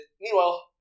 Meanwhile